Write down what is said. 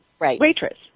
waitress